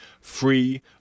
free